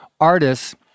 artists